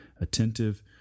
attentive